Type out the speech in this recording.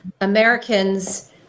Americans